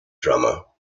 drummer